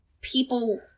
people